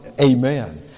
amen